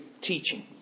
teaching